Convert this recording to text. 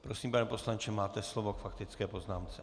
Prosím, pane poslanče, máte slovo k faktické poznámce.